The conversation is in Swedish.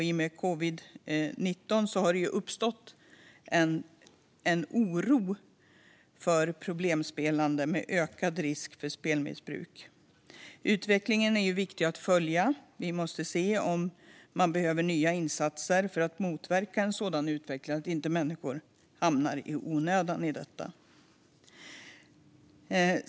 I och med covid-19 har det uppstått en oro för problemspelande med ökad risk för spelmissbruk. Utvecklingen är viktig att följa. Vi måste se om man behöver nya insatser för att motverka en sådan utveckling så att människor inte hamnar i detta i onödan.